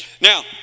Now